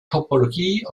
topologie